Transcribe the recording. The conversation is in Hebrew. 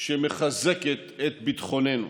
שמחזקת את ביטחוננו.